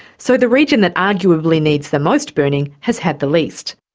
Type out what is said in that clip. so the region that arguably needs the most burning has had the least.